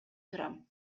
турам